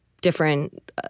different